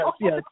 yes